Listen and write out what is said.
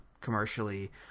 commercially